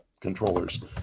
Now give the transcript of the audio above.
controllers